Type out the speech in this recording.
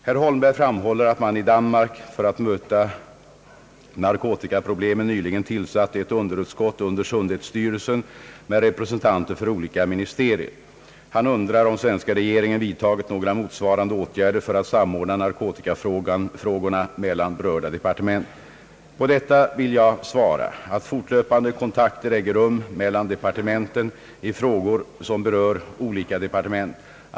Herr Holmberg framhåller att man i Danmark för att möta narkotikaproblemen nyligen tillsatt ett underutskott under sundhetsstyrelsen med representanter för olika ministerier. Han undrar om svenska regeringen vidtagit några motsvarande åtgärder för att samordna narkotikafrågorna mellan berörda departement. På detta vill jag svara, att fortlöpande kontakter äger rum mellan departementen i frågor som berör olika departement.